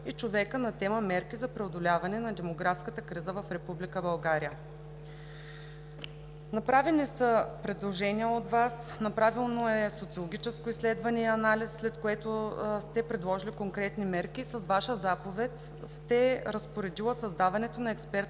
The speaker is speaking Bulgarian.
и човека на тема „Мерки за преодоляване на демографската криза в Република България“. Направени са предложения от Вас, направено е социологическо изследване и анализ, след което сте предложили конкретни мерки и с Ваша заповед сте разпоредила създаването на експертна